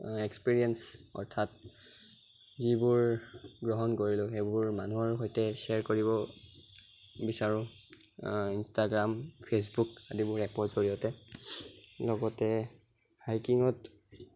experience অৰ্থাৎ যিবোৰ গ্ৰহণ কৰিলো সেইবোৰ মানুহৰ সৈতে শ্বেয়াৰ কৰিব বিচাৰোঁ ইনষ্টাগ্ৰাম ফেচবুক আদিবোৰ এপৰ জৰিয়তে লগতে হাইকিঙত